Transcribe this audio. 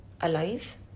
alive